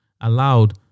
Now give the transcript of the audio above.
allowed